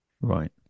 Right